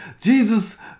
Jesus